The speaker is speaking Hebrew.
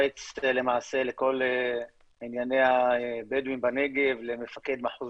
אני היועץ למעשה לכל ענייני הבדואים בנגב למפקד מחוז